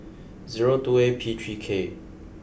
zero two A P three K